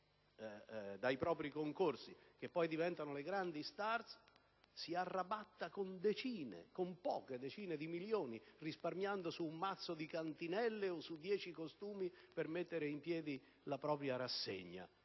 dai propri concorsi, che poi diventano le grandi *star*, si arrabatta con poche decine di migliaia di euro, risparmiando su un mazzo di cantinelle o su dieci costumi per mettere in piedi la propria rassegna